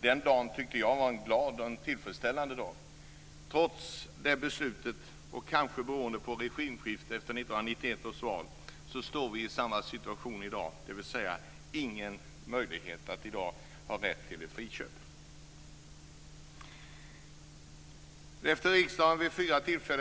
Den dagen tyckte jag var en glad och tillfredsställande dag. Trots det beslutet, och kanske beroende på regimskiftet efter 1991 års val, står vi i samma situation i dag, dvs. det finns ingen möjlighet att ha rätt till friköp. Sedan dess har riksdagen vid fyra tillfällen